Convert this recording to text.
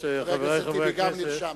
גם חבר הכנסת טיבי נרשם.